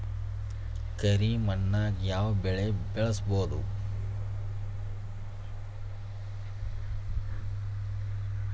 ಕರಿ ಮಣ್ಣಾಗ್ ಯಾವ್ ಬೆಳಿ ಬೆಳ್ಸಬೋದು?